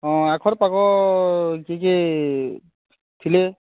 ହଁ ଆଖର ପାଖ କିଏ କିଏ ଥିଲେ